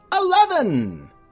Eleven